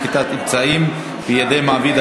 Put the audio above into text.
נקיטת אמצעים בידי מעביד),